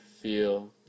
feel